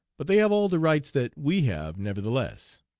but they have all the rights that we have nevertheless